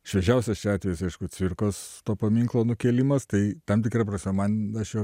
šviežiausias čia atvejis aišku cvirkos paminklo nukėlimas tai tam tikra prasme man aš jo